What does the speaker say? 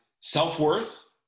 self-worth